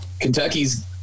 Kentucky's